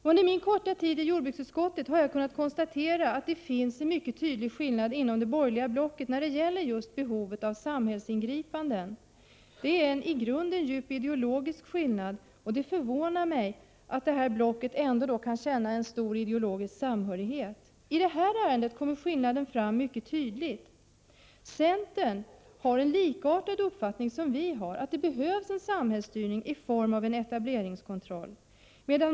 Under min korta tid i jordbruksutskottet har jag kunnat konstatera att det finns en mycket tydlig skillnad inom det borgerliga blocket när det gäller just behovet av samhällsingripanden. Det är en i grunden djup ideologisk skillnad, och det förvånar mig att blocket ändå kan känna en stor ideologisk samhörighet. I det här ärendet kommer skillnaden fram mycket tydligt. Centern och vpk har en likartad uppfattning om att det behövs en samhällsstyrning i form av en etableringskontroll.